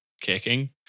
kicking